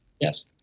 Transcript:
Yes